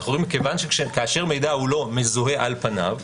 אנחנו אומרים שכאשר מידע לא מזוהה על פניו,